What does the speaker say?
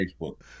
Facebook